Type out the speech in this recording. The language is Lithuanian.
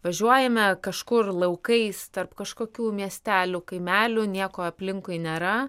važiuojame kažkur laukais tarp kažkokių miestelių kaimelių nieko aplinkui nėra